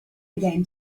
again